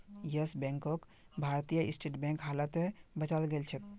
yes बैंकक Bharatiya State Bank हालते बचाल गेलछेक